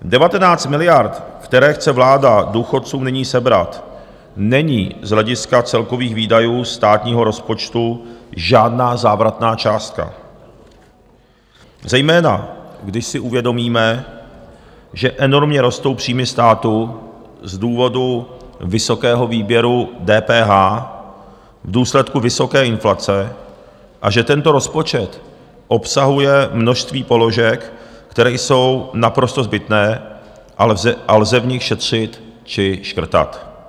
Devatenáct miliard, které chce vláda důchodcům nyní sebrat, není z hlediska celkových výdajů státního rozpočtu žádná závratná částka, zejména když si uvědomíme, že enormně rostou příjmy státu z důvodu vysokého výběru DPH v důsledku vysoké inflace a že tento rozpočet obsahuje množství položek, které jsou naprosto zbytné a lze v nich šetřit či škrtat.